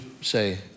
say